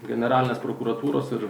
generalinės prokuratūros ir